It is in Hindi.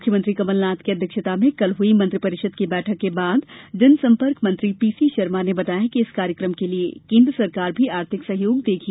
मुख्यमंत्री कमलनाथ की अध्यक्षता में कल हुई मंत्रि परिषद की बैठक के बाद जनसंपर्क मंत्री पीसी शर्मा ने बताया कि इस कार्यक्रम के लिए केन्द्र सरकार भी आर्थिक सहयोग देगी